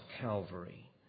Calvary